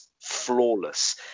flawless